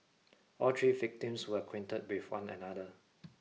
all three victims were acquainted with one another